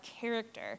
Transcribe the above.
character